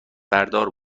بردار